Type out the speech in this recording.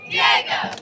Diego